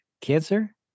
Cancer